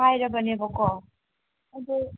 ꯍꯥꯏꯔꯕꯅꯦꯕꯀꯣ ꯑꯗꯣ